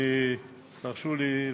ותרשו לי,